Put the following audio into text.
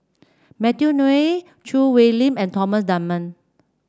Matthew Ngui Choo Hwee Lim and Thomas Dunman